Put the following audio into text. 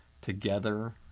Together